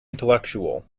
intellectual